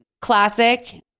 classic